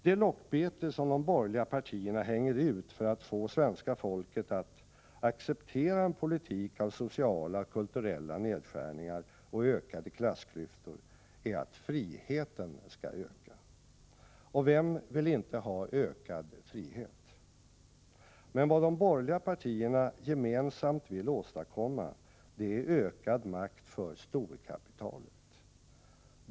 Det lockbete som de borgerliga partierna hänger ut för att få svenska folket att acceptera en politik av sociala och kulturella nedskärningar och ökade klassklyftor är att friheten skall öka. Och vem vill inte ha ökad frihet? Men vad de borgerliga partierna gemensamt vill åstadkomma, det är ökad makt för storkapitalet.